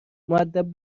مودب